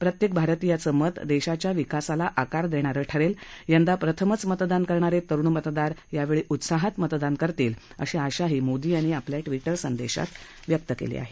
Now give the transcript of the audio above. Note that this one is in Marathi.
प्रत्येक भारतीयाचं मत देशाच्या विकासाला आकार देणारं ठरेल यंदा प्रथमच मतदान करणारे तरुण मतदार योवळी उत्साहात मतदान करतील अशी आशाही मोदी आपल्या ट्विटर संदेशात व्यक्त् केली आहे